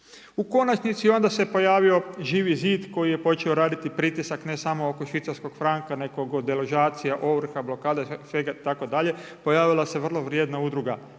U konačnici onda se pojavio Živi zid koji je počeo radit pritisak ne samo oko švicarskog franka nego kod deložacija, ovrha, blokada i svega tako dalje, pojavila se vrlo vrijedna Udruga